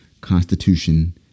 Constitution